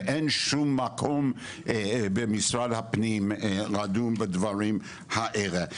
ואין שום מקום במשרד הפנים לדון בדברים האלה.